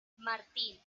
martín